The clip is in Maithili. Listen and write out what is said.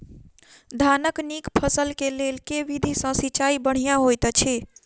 धानक नीक फसल केँ लेल केँ विधि सँ सिंचाई बढ़िया होइत अछि?